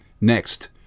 Next